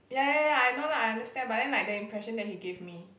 ya ya ya I know lah I understand but then like the impression that he gave me